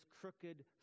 crooked